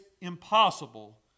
impossible